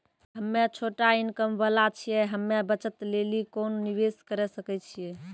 हम्मय छोटा इनकम वाला छियै, हम्मय बचत लेली कोंन निवेश करें सकय छियै?